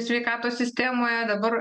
sveikatos sistemoje dabar